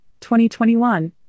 2021